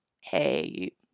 hey